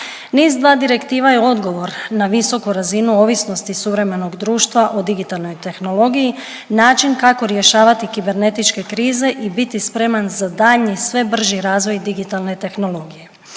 NIS2 Direktiva je odgovor na visoku razinu ovisnosti suvremenog društva o digitalnoj tehnologiji, način kako rješavati kibernetičke krize i biti spreman za daljnji i sve brži razvoj digitalne tehnologije.